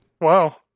wow